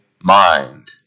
mind